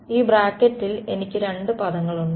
ഈ ബ്രാക്കറ്റിൽ എനിക്ക് രണ്ട് പദങ്ങളുണ്ട്